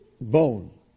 bone